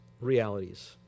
realities